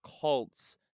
cults